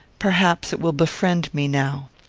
perhaps it will befriend me now.